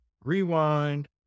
Rewind